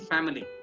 Family